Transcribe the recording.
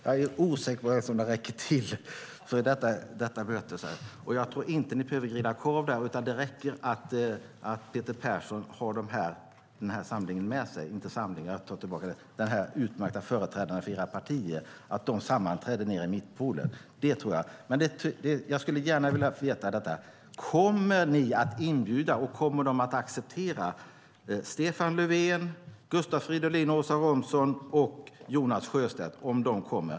Jag är osäker på om lokalen räcker till för detta. Jag tror inte att ni behöver grilla korv, utan det räcker att Peter Persson har med de här utmärkta företrädarna för era partier när ni sammanträder i mittpoolen. Kommer ni att inbjuda - och kommer de att acceptera - Stefan Löfven, Gustav Fridolin, Åsa Romson och Jonas Sjöstedt?